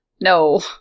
No